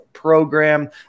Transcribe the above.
program